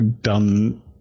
done